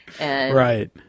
right